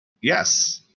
Yes